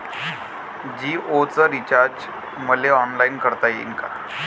जीओच रिचार्ज मले ऑनलाईन करता येईन का?